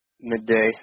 midday